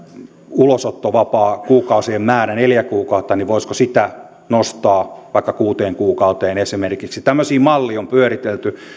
ulosottovapaakuukausien määrä on ollut neljä kuukautta niin voisiko sitä nostaa vaikka kuuteen kuukauteen esimerkiksi tämmöisiä malleja on pyöritelty